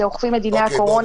שאוכפים את דיני הקורונה,